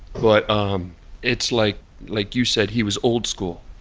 but um it's like like you said, he was old-school.